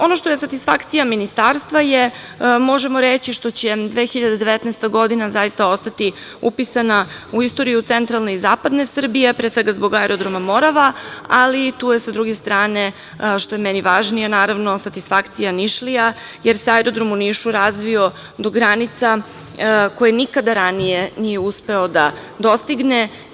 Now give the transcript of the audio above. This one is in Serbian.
Ono što je satisfakcija Ministarstva, možemo reći da je to što će 2019. godina zaista ostati upisana u istoriju centralne i zapadne Srbije, a pre svega zbog aerodroma "Morava", ali tu je i sa druge strane, što je meni važnije, naravno satisfakcija Nišlija jer se aerodrom u Nišu razvio do granica koje nikada ranije nije uspeo da dostigne.